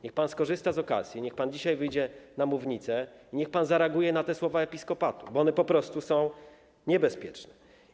Niech pan skorzysta z okazji, niech pan dzisiaj wyjdzie na mównicę i niech pan zareaguje na słowa Episkopatu Polski, bo one po prostu są niebezpieczne.